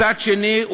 מצד שני,